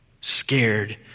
scared